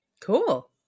Cool